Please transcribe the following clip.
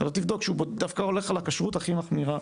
אתה לא תבדוק שהוא דווקא הולך על הכשרות הכי מחמירה